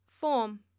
form